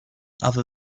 other